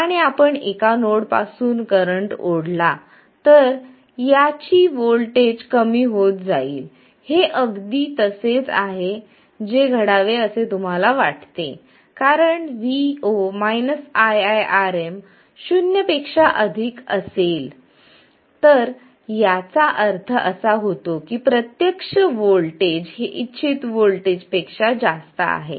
आणि आपण एका नोड पासून करंट ओढला तर याची वोल्टेज कमी होत जाईल हे अगदी तसेच आहे जे घडावे असे तुम्हाला वाटते कारण vo iiRm शून्य पेक्षा अधिक असेल तर याचा अर्थ असा होतो की प्रत्यक्ष वोल्टेज हे इच्छित वोल्टेज पेक्षा जास्त आहे